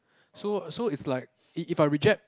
so so it's like if if I reject